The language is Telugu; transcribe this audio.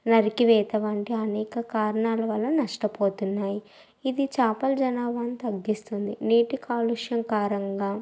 నరికివేత వంటి అనేక కారణాల వల్ల నష్టపోతున్నాయి ఇది చేపల జనాభాని తగ్గిస్తుంది నీటి కాలుష్యం కారంగా